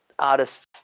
artists